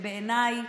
בעיניי